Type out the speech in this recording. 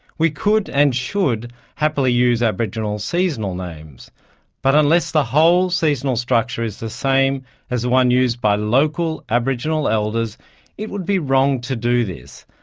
we could and should happily use aboriginal seasonal names but unless the whole seasonal structure is the same as the one used by local aboriginal elders it would be wrong to do this.